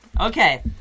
Okay